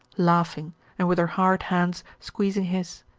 laughing and with her hard hands squeezing his.